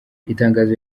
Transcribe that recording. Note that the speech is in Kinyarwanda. itangazo